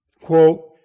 Quote